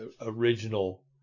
original